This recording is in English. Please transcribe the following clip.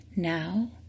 Now